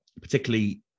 particularly